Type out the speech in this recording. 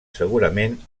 segurament